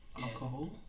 alcohol